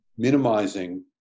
Minimizing